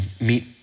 meet